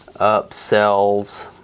upsells